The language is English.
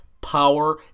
power